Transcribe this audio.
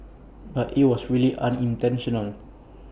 but IT was really unintentional